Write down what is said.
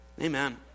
Amen